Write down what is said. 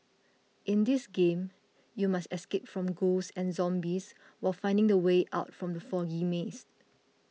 in this game you must escape from ghosts and zombies while finding the way out from the foggy maze